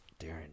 darren